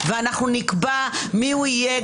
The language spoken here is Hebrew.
ואנחנו נקבע מי הוא יהיה,